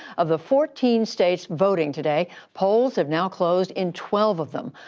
of the fourteen states voting today, polls have now closed in twelve of them.